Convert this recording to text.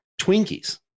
Twinkies